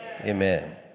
Amen